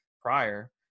prior